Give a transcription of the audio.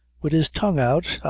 wid his tongue out,